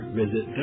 visit